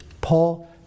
Paul